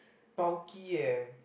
bulky eh